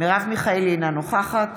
מרב מיכאלי, אינה נוכחת